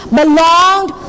belonged